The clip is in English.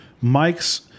Mike's